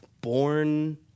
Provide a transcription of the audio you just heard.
born